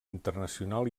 internacional